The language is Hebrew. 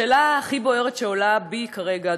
השאלה הכי בוערת שעולה בי כרגע,